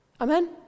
Amen